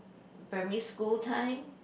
primary school time